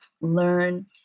learn